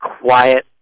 quiet